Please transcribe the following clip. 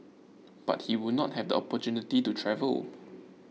but he would not have the opportunity to travel